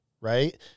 Right